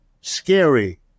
scary